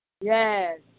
Yes